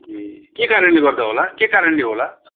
ए के कारणले गर्दा होला के कारणले होला